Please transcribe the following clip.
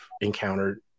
encountered